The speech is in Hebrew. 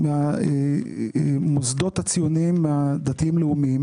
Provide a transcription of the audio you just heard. המוסדות הציוניים הדתיים לאומיים